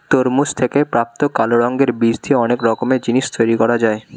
তরমুজ থেকে প্রাপ্ত কালো রঙের বীজ দিয়ে অনেক রকমের জিনিস তৈরি করা যায়